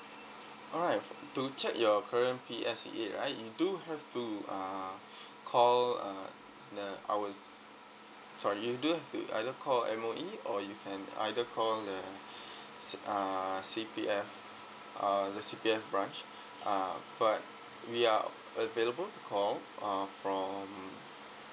alright f~ to check your current fee as it is right you do have to uh call uh in the our s~ sorry you do have to either call M_O_E or you can either call the s~ uh C_P_F uh the C_P_F branch uh but we are available to call uh from